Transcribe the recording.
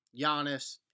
Giannis